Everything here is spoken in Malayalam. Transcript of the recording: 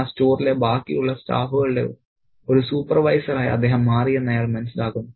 ആ സ്റ്റോറിലെ ബാക്കിയുള്ള സ്റ്റാഫുകളുടെ ഒരു സൂപ്പർവൈസറായി അദ്ദേഹം മാറിയെന്ന് അയാൾ മനസ്സിലാക്കുന്നു